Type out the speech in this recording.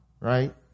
right